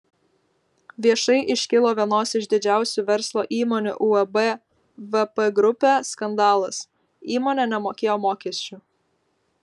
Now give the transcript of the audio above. viešai iškilo vienos iš didžiausių verslo įmonių uab vp grupė skandalas įmonė nemokėjo mokesčių